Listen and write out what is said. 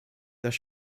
das